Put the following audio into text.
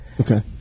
Okay